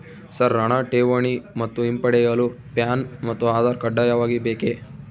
Sir ಹಣ ಠೇವಣಿ ಮತ್ತು ಹಿಂಪಡೆಯಲು ಪ್ಯಾನ್ ಮತ್ತು ಆಧಾರ್ ಕಡ್ಡಾಯವಾಗಿ ಬೇಕೆ?